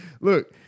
look